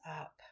up